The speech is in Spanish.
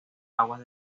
aguas